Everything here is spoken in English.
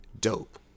dope